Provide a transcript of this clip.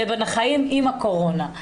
לבין החיים עם הקורונה,